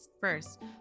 first